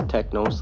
Techno